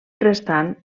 restant